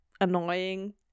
annoying